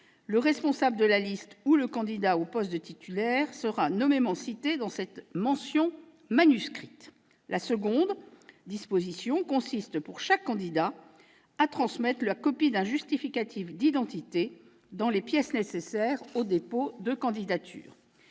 Le responsable de la liste ou le candidat au poste de titulaire sera nommément cité dans cette mention manuscrite. Il s'agit, d'autre part, pour chaque candidat, de transmettre la copie d'un justificatif d'identité dans les pièces nécessaires au dépôt de la candidature.